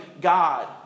God